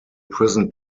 prison